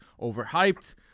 overhyped